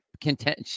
content